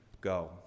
go